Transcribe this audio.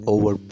Over